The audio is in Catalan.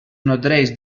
nodreix